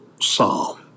psalm